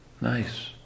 Nice